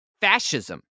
fascism